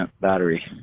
battery